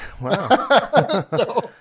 Wow